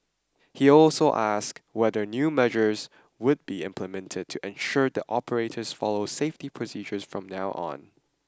he also ask whether new measures would be implemented to ensure the operators follow safety procedures from now on